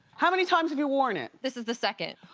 how many times have you worn it? this is the second.